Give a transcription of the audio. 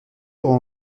rend